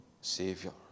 Savior